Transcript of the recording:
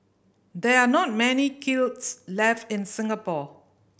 there are not many kilns left in Singapore